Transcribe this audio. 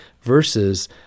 versus